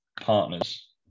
partners